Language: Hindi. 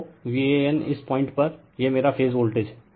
तो VAN इस पॉइंट पर यह मेरा फेज वोल्टेज है